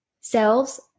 selves